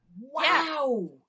Wow